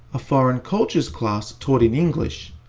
a foreign cultures class taught in english,